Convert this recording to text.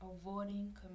avoiding